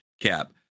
Cap